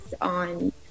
on